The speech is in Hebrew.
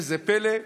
איזה פלא,